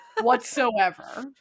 whatsoever